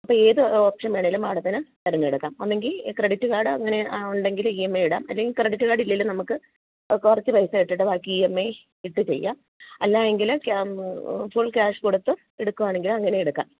അപ്പോൾ ഏത് ഓപ്ഷൻ വേണമെങ്കിലും മാഡത്തിന് തിരഞ്ഞെടുക്കാം ഒന്നെങ്കിൽ ക്രെഡിറ്റ് കാർഡ് അങ്ങനെ ഉണ്ടെങ്കിൽ ഇ എം ഐ ഇടാം അല്ലെങ്കിൽ ക്രെഡിറ്റ് കാർഡ് ഇല്ലേലും നമുക്ക് കുറച്ചു പൈസ ഇട്ടിട്ട് ബാക്കി ഇ എം ഐ ഇട്ടു ചെയ്യാം അല്ലായെങ്കിൽ ക്യാ ഫുൾ ക്യാഷ് കൊടുത്ത് എടുക്കുവാണെങ്കിൽ അങ്ങനെയും എടുക്കാം